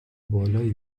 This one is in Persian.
بالایی